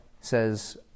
says